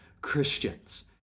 Christians